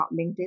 LinkedIn